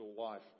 life